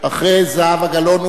אחרי זהבה גלאון,